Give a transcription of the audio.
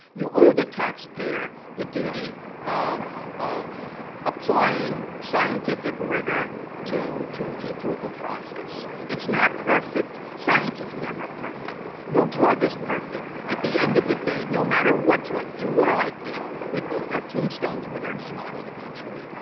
you owe the taxpayer the duty of of applying scientific rigor to to the approval process. it's not perfect. science is never perfect. no drug is perfect. at the end of a day, no matter what drug you or i take, we both have tombstones with our name on it eventually.